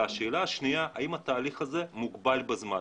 והשאלה השנייה, האם התהליך הזה מוגבל בזמן.